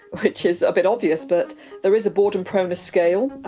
which is a bit obvious, but there is a boredom proneness scale.